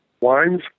wines